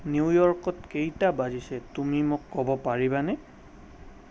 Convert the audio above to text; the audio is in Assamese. নিউয়ৰ্ক'ত কেইটা বাজিছে তুমি মোক ক'ব পাৰিবানে